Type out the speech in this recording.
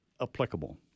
applicable